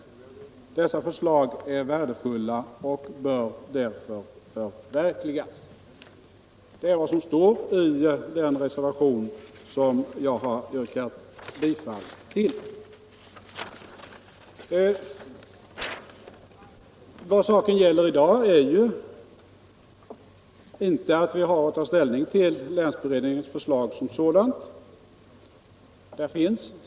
Dessa förslag är värdefulla och bör därför förverkligas.” Det är vad som står i den reservation som jag har yrkat bifall till. Vad saken i dag gäller är inte att ta ställning till länsberedningens förslag som sådant.